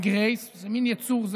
עם גרייס, זה מין יצור,